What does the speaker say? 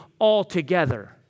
altogether